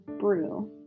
brew